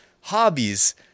hobbies